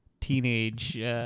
Teenage